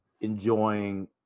enjoying